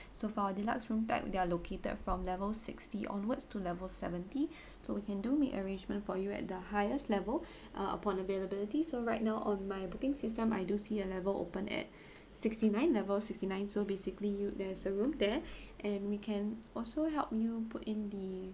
so for our deluxe room type they're located from level sixty onwards to level seventy so we can do make arrangement for you at the highest level uh upon availability so right now on my booking system I do see a level opened at sixty ninth level sixty ninth so basically it'll there's a room there and we can also help you put in the